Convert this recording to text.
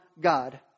God